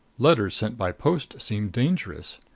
letters sent by post seemed dangerous.